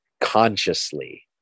consciously